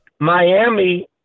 Miami